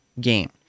game